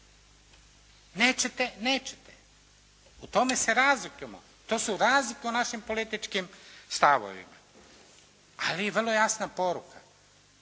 Nećete, nećete. U tome se razlikujemo, to su razlike u našim političkim stavovima. Ali i vrlo jasna poruka.